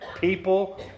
People